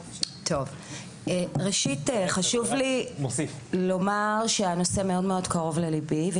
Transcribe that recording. חשוב לי לומר שהנושא מאוד מאוד קרו לליבי.